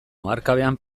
oharkabean